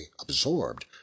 absorbed